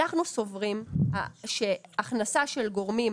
אנחנו סבורים שהכנסה של גורמים